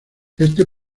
este